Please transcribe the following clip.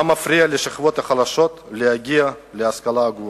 מה מפריע לשכבות החלשות להגיע להשכלה גבוהה?